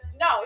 No